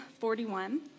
41